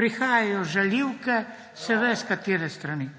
prihajajo žaljivke, se ve, s katere strani.